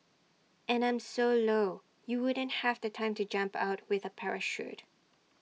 and I'm so low you wouldn't have the time to jump out with A parachute